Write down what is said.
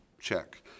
check